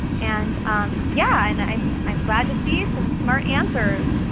and um yeah and i'm i'm glad to see some smart answers.